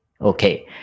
okay